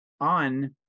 on